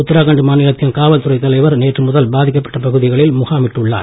உத்தராகண்ட் மாநிலத்தின் காவல்துறைத் தலைவர் நேற்றுமுதல் பாதிக்கப்பட்ட பகுதிகளில் முகாம் இட்டுள்ளார்